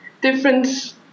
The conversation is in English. difference